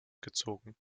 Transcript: gezogen